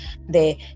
de